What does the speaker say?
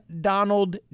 Donald